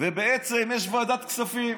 ויש ועדת כספים.